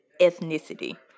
ethnicity